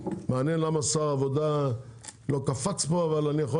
מעניין למה שר העבודה לא הגיע לכאן אבל אני יכול